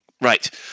right